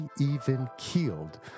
even-keeled